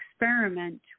experiment